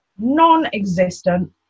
non-existent